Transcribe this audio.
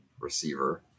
receiver